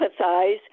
empathize